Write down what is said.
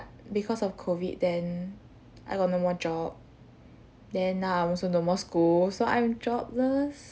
because of COVID then I got no more job then now I'm also no more school so I'm jobless